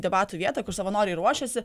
debatų vietą kur savanoriai ruošiasi